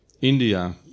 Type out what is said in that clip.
India